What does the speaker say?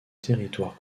territoire